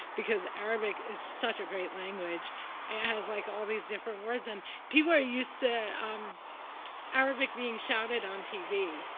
because arabic is such a great language. it has, like, all these different words. and people are used to um arabic being shouted on tv.